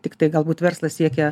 tiktai galbūt verslas siekia